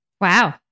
Wow